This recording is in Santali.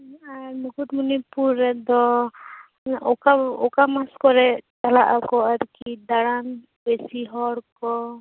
ᱟᱨ ᱢᱩᱠᱩᱴᱢᱩᱱᱤᱯᱩᱨ ᱨᱮᱫᱚ ᱚᱠᱟ ᱚᱠᱟ ᱢᱟᱥ ᱠᱚᱨᱮ ᱪᱟᱞᱟᱜ ᱟᱠᱚ ᱟᱨᱠᱤ ᱫᱟᱲᱟᱱ ᱵᱤᱥᱤ ᱦᱚᱲ ᱠᱚ